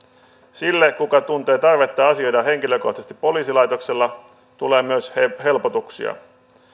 sille joka tuntee tarvetta asioida henkilökohtaisesti poliisilaitoksella tulee myös helpotuksia